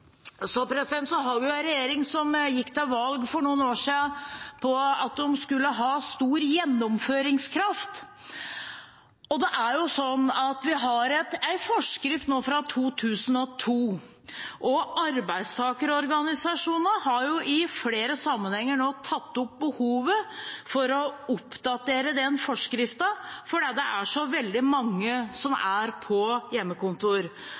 Vi har en regjering som for noen år siden gikk til valg på at de skulle ha stor gjennomføringskraft. Vi har en forskrift fra 2002. Arbeidstakerorganisasjonene har i flere sammenhenger tatt opp behovet for å oppdatere den forskriften fordi det er så veldig mange som er på hjemmekontor.